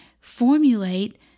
formulate